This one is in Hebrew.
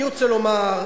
אני רוצה לומר,